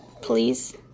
please